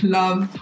love